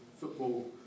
football